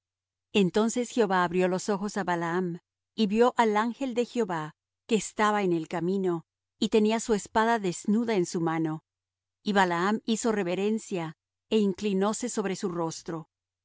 entonces jehová abrió los ojos á balaam y vió al ángel de jehová que estaba en el camino y tenía su espada desnuda en su mano y balaam hizo reverencia é inclinóse sobre su rostro